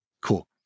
Cool